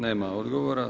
Nema odgovora.